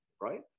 right